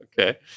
okay